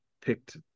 picked